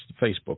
Facebook